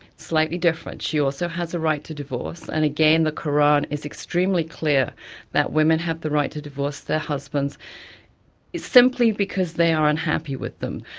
slightly different. she also has a right to divorce, and again the qur'an is extremely clear that women have the right to divorce their husbands simply because they are unhappy with them.